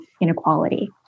inequality